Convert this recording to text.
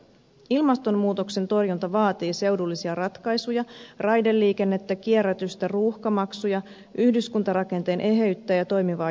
ilmastonmuutoksen torjunta vaatii seudullisia ratkaisuja raideliikennettä kierrätystä ruuhkamaksuja yhdyskuntarakenteen eheyttä ja toimivaa joukkoliikennettä